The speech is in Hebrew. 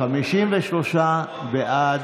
53 בעד,